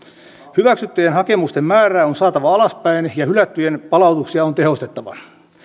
hyväksyttyjen hakemusten määrää on saatava alaspäin ja hylättyjen palautuksia on tehostettava